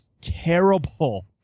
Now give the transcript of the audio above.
terrible